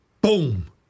boom